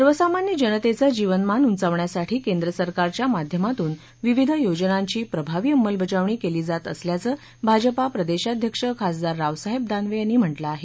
सर्वसामान्य जनतेचं जीवनमान उंचावण्यासाठी केंद्र सरकारच्या माध्यमातून विविध योजनांची प्रभावी अंमलबजावणी केली जात असल्याचं भाजपा प्रदेशाध्यक्ष खासदार रावसाहेब दानवे यांनी म्हटलं आहे